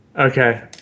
Okay